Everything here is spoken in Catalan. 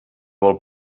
vol